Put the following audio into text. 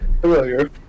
familiar